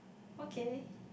okay